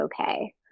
okay